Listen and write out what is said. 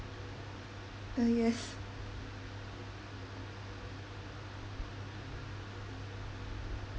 oh yes